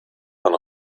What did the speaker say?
von